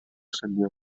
senyor